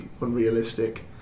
unrealistic